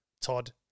Todd